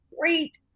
great